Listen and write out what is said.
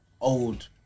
old